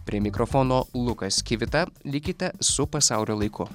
prie mikrofono lukas kivita likite su pasaulio laiku